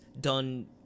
done